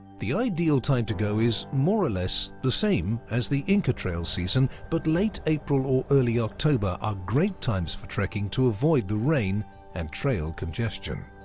the ideal time to go is more or less the same as the inca trail's season but late april or early october are great times for trekking to avoid the rain and trail congestion.